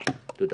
תודה.